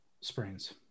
sprains